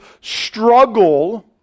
struggle